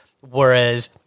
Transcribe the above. whereas—